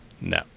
no